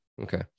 Okay